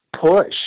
push